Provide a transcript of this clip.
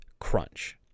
crunch